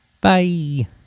Bye